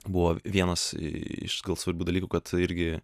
buvo vienas iš svarbių dalykų kad irgi